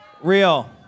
Real